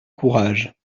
courage